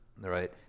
Right